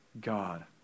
God